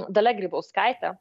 dalia grybauskaite